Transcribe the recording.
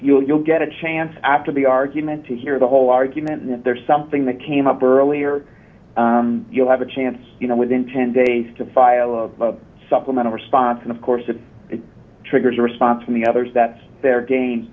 rebuttal you'll get a chance after the argument to hear the whole argument if there's something that came up earlier you'll have a chance you know within ten days to file of supplemental response and of course it triggers a response from the others that their ga